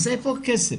אז איפה הכסף?